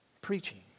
preaching